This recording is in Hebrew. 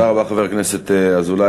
תודה רבה, חבר הכנסת אזולאי.